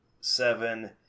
seven